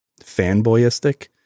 fanboyistic